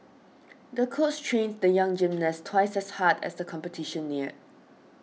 the coach trained the young gymnast twice as hard as the competition neared